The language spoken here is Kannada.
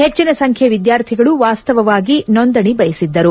ಹೆಚ್ಚಿನ ಸಂಖ್ಲೆಯ ವಿದ್ಯಾರ್ಥಿಗಳು ವಾಸ್ತವಾಗಿ ನೋಂದಣಿ ಬಯಸಿದ್ದರು